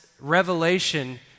Revelation